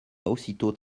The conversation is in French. aussitôt